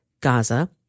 Gaza